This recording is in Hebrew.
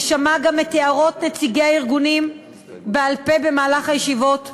ושמעה גם את הערות נציגי הארגונים בעל-פה במהלך הישיבות בוועדה.